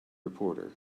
reporter